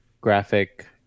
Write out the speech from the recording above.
Graphic